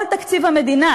כל תקציב המדינה